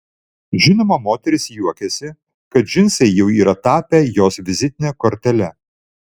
žinoma moteris juokiasi kad džinsai jau yra tapę jos vizitine kortele